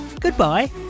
goodbye